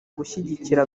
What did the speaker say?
gushyigikira